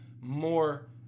more